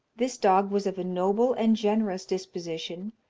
this dog was of a noble and generous disposition,